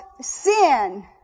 sin